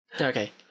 Okay